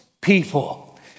people